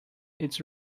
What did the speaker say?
its